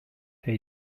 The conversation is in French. avait